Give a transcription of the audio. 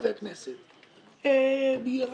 אתה יוצר